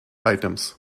items